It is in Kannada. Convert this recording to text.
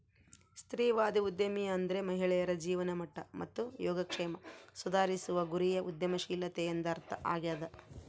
ಸ್ತ್ರೀವಾದಿ ಉದ್ಯಮಿ ಅಂದ್ರೆ ಮಹಿಳೆಯರ ಜೀವನಮಟ್ಟ ಮತ್ತು ಯೋಗಕ್ಷೇಮ ಸುಧಾರಿಸುವ ಗುರಿಯ ಉದ್ಯಮಶೀಲತೆ ಎಂದರ್ಥ ಆಗ್ಯಾದ